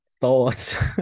Thoughts